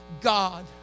God